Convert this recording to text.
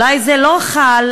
אולי זה לא חל,